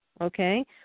Okay